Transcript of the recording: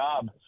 job